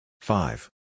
Five